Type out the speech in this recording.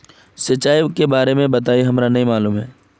सिंचाई के बारे में बताई हमरा नय मालूम है?